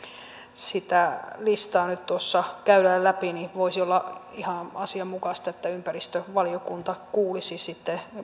sitä listaa nyt tuossa käydään läpi voisi olla ihan asianmukaista että ympäristövaliokunta